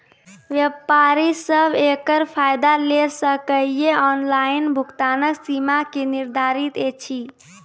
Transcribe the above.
व्यापारी सब एकरऽ फायदा ले सकै ये? ऑनलाइन भुगतानक सीमा की निर्धारित ऐछि?